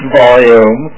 volume